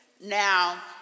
now